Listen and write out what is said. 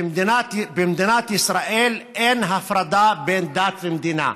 שבמדינת ישראל אין הפרדה בין דת למדינה.